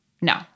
No